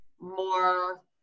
more